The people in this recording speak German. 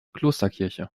klosterkirche